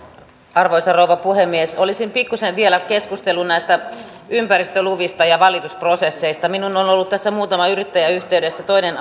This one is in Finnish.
arvoisa rouva puhemies olisin pikkusen vielä keskustellut näistä ympäristöluvista ja valitusprosesseista minuun on ollut muutama yrittäjä yhteydessä toinen